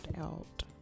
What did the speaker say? out